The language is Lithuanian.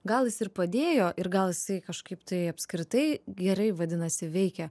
gal jis ir padėjo ir gal jisai kažkaip tai apskritai gerai vadinasi veikia